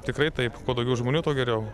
tikrai taip kuo daugiau žmonių tuo geriau